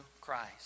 Christ